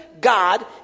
God